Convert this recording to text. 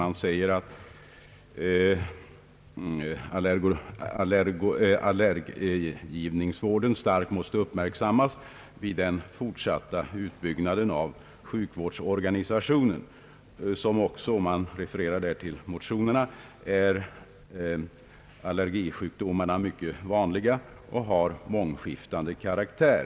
Man säger att allergivår den starkt måste uppmärksammas vid den fortsatta utbyggnaden av sjukvårdsorganisationen. Man refererar till motionerna och framhåller, att allergisjukdomarna är mycket vanliga och har mångskiftande karaktär.